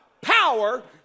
power